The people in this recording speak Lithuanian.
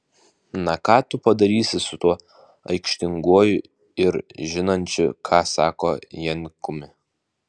na ką tu padarysi su tuo aikštinguoju ir žinančiu ką sako jankumi